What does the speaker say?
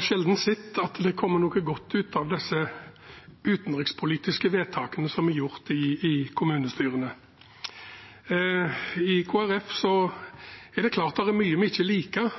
sjelden sett at det kommer noe godt ut av disse utenrikspolitiske vedtakene som er fattet i kommunestyrene. I Kristelig Folkeparti er det klart at det er mye vi ikke liker,